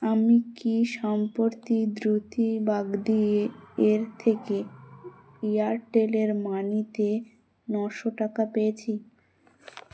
আমি কি সম্প্রতি দ্রুতি বাগদি এর থেকে এয়ারটেলের মানিতে নশো টাকা পেয়েছি